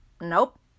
Nope